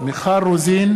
מיכל רוזין,